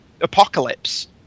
apocalypse